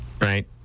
Right